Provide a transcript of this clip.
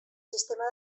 sistema